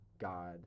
God